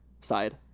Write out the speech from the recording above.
side